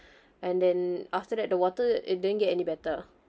and then after that the water it didn't get any better